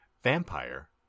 Vampire